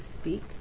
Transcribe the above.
speak